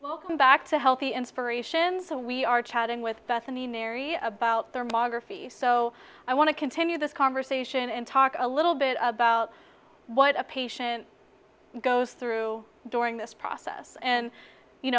welcome back to healthy inspiration so we are chatting with bethany mary about their ma graphy so i want to continue this conversation and talk a little bit about what a patient goes through during this process and you